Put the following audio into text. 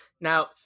now